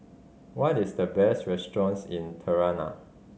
what is the best restaurants in Tirana